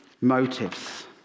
motives